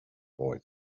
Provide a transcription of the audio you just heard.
boy